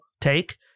take